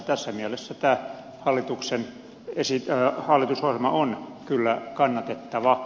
tässä mielessä tämä hallitusohjelma on kyllä kannatettava